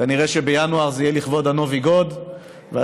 כנראה שבינואר זה יהיה לכבוד זה יהיה הנובי גוד והסילבסטר.